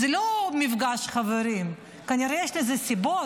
זה לא מפגש חברים, כנראה יש לזה סיבות.